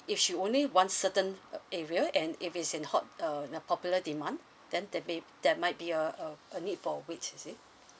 if she only wants certain uh area and if it's in hot uh and popular demand then there may there might be a a a need for wait you see